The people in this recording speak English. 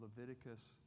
Leviticus